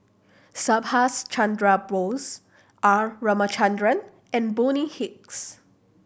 Subhas Chandra Bose R Ramachandran and Bonny Hicks